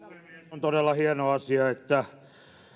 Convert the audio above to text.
on todella hieno asia että